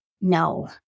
no